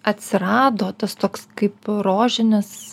atsirado tas toks kaip rožinius